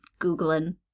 Googling